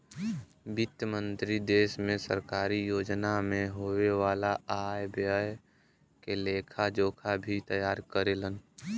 वित्त मंत्री देश में सरकारी योजना में होये वाला आय व्यय के लेखा जोखा भी तैयार करेलन